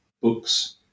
books